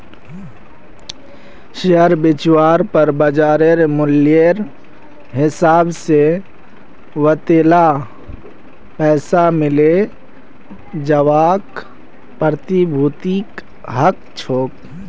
share बेचवार पर बाज़ार मूल्येर हिसाब से वतेला पैसा मिले जवाक प्रतिभूति कह छेक